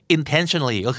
Intentionally